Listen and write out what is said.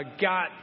got